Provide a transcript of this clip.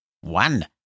One